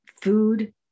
food